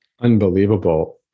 unbelievable